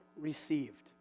received